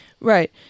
right